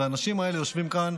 והאנשים האלה יושבים כאן,